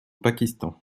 pakistan